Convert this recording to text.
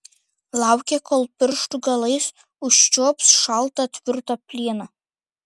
laukė kol pirštų galais užčiuops šaltą tvirtą plieną